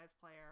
player